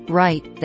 right